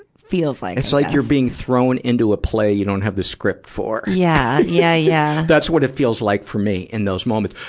feels like. it's like you're being thrown into a play you don't have the script for. yeah. yeah, yeah. that's what it feels like for me in those moments.